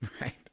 right